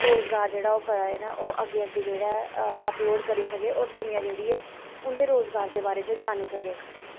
रोज़गार जेह्ड़ा ऐ करा दे नै अग्गैं अग्गैं अपलोड़ करी सकदै होर दुनियां जेह्ड़ी उं'दे रोज़गार दे बारे च जानी सकै